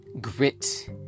grit